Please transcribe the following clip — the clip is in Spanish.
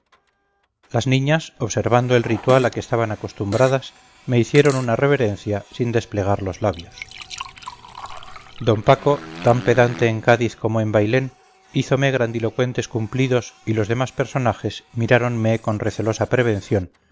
las niñas observando el ritual a que estaban acostumbradas me hicieron una reverencia sin desplegar los labios d paco tan pedante en cádiz como en bailén hízome grandilocuentes cumplidos y los demás personajes miráronme con recelosa prevención